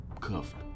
cuffed